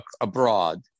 abroad